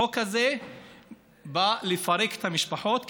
החוק הזה בא לפרק את המשפחות,